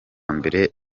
mbere